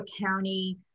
County